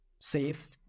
safe